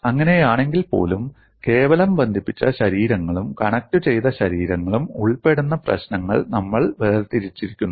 അങ്ങനെയാണെങ്കിൽപ്പോലും കേവലം ബന്ധിപ്പിച്ച ശരീരങ്ങളും കണക്റ്റുചെയ്ത ശരീരങ്ങളും ഉൾപ്പെടുന്ന പ്രശ്നങ്ങൾ നമ്മൾ വേർതിരിച്ചിരിക്കുന്നു